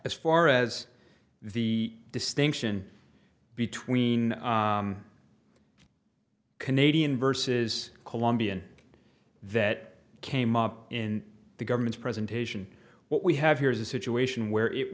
as far as the distinction between canadian vs colombian that came up in the government's presentation what we have here is a situation where it